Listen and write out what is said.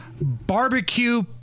Barbecue